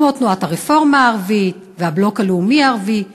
כמו תנועת הרפורמה הערבית והבלוק הלאומי הערבי.